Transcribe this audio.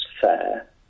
fair